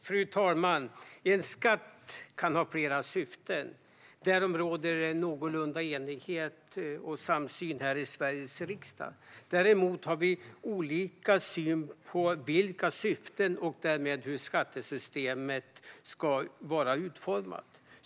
Fru talman! En skatt kan ha flera syften. Därom råder någorlunda enighet och samsyn här i Sveriges riksdag. Däremot har vi olika syn på vilka syftena är och därmed hur skattesystemet ska vara utformat.